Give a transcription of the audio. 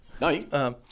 Nice